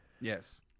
Yes